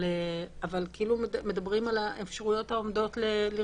אבל כאילו מדברים על האפשרויות העומדות לרשותם,